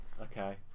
okay